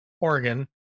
Oregon